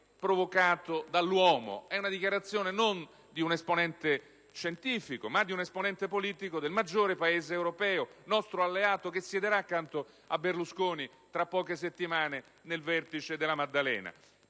provocato dall'uomo". Non è la dichiarazione di un esponente scientifico, ma di un esponente politico del maggiore Paese europeo nostro alleato, che siederà accanto a Berlusconi tra poche settimane nel vertice della Maddalena.